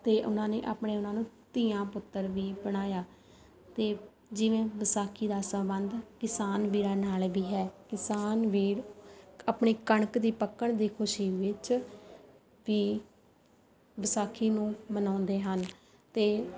ਅਤੇ ਉਹਨਾਂ ਨੇ ਆਪਣੇ ਉਨ੍ਹਾਂ ਨੂੰ ਧੀਆਂ ਪੁੱਤਰ ਵੀ ਬਣਾਇਆ ਅਤੇ ਜਿਵੇਂ ਵਿਸਾਖੀ ਦਾ ਸੰਬੰਧ ਕਿਸਾਨ ਵੀਰਾਂ ਨਾਲ ਵੀ ਹੈ ਕਿਸਾਨ ਵੀਰ ਆਪਣੀ ਕਣਕ ਦੀ ਪੱਕਣ ਦੀ ਖੁਸ਼ੀ ਵਿੱਚ ਵੀ ਵਿਸਾਖੀ ਨੂੰ ਮਨਾਉਂਦੇ ਹਨ ਅਤੇ